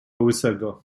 łysego